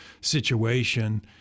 situation